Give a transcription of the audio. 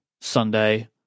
Sunday